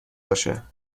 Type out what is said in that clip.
باشه